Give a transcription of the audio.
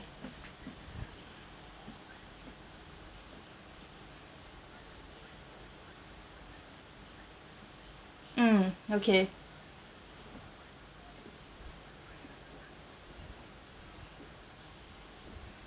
mm okay